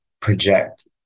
project